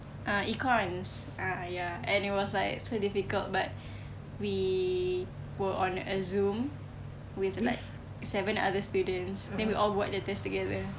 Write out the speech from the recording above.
uh econs ah ya and it was like so difficult but we were on a zoom with like seven other students then we all buat the test together